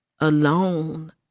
alone